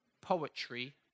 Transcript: poetry